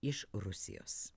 iš rusijos